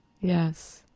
Yes